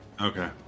Okay